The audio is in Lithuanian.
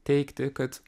teigti kad